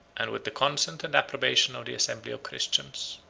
and with the consent and approbation of the assembly of christians.